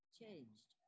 changed